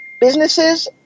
Businesses